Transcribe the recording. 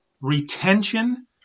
retention